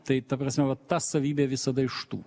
tai ta prasme va ta savybė visada iš tų